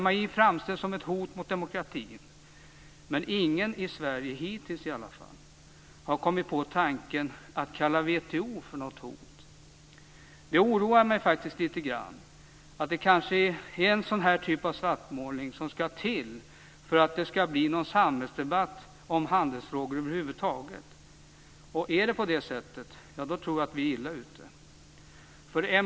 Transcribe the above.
MAI framställs som ett hot mot demokratin, men ingen i Sverige - hittills i alla fall - har kommit på tanken att kalla WTO för något hot. Det oroar mig litet grand att det kanske är en sådan här typ av svartmålning som måste till för att det skall bli någon samhällsdebatt om handelsfrågor över huvud taget. Om det är så tror jag att vi är illa ute.